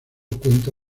cuenta